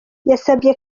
yasabye